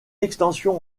extension